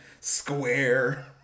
square